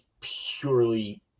purely